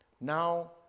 now